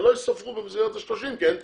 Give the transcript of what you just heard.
הן לא יספרו במסגרת ה-30 כי אין תאגיד,